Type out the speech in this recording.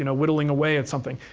and whittling away at something.